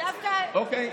אוקיי.